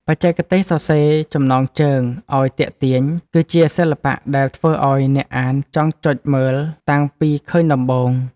បច្ចេកទេសសរសេរចំណងជើងឱ្យទាក់ទាញ គឺជាសិល្បៈដែលធ្វើឱ្យអ្នកអានចង់ចុចចូលមើលតាំងពីឃើញដំបូង។